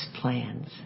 plans